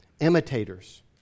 Imitators